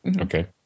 Okay